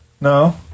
no